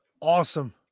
Awesome